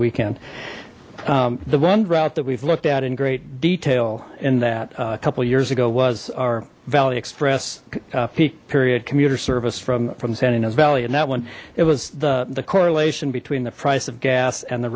weekend the one route that we've looked at in great detail in that a couple years ago was our valley express period commuter service from from santa ynez valley and that one it was the the correlation between the price of gas and the